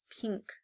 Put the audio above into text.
pink